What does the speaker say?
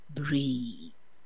breathe